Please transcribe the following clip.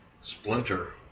splinter